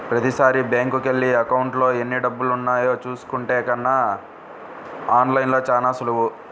ప్రతీసారీ బ్యేంకుకెళ్ళి అకౌంట్లో ఎన్నిడబ్బులున్నాయో చూసుకునే కన్నా ఆన్ లైన్లో చానా సులువు